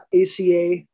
ACA